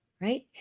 right